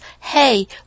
hey